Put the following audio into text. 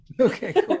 okay